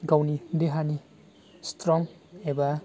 गावनि देहानि स्ट्रं एबा